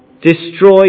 Destroy